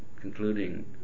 concluding